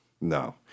No